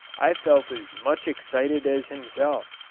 i felt as much excited as himself.